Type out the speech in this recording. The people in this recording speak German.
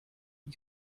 wie